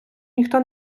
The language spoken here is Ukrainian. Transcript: ніхто